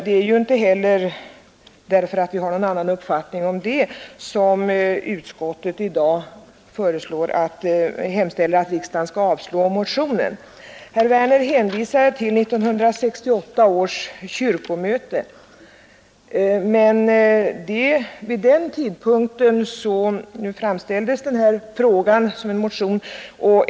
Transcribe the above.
Det är inte heller därför att vi har någon annan uppfattning om detta som utskottet i dag hemställer om att riksdagen skall avslå motionen. Herr Werner hänvisar till 1968 års kyrkomöte, då motioner i denna fråga väcktes.